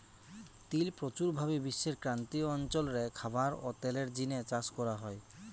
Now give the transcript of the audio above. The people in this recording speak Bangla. তিল প্রচুর ভাবি বিশ্বের ক্রান্তীয় অঞ্চল রে খাবার ও তেলের জিনে চাষ করা হয়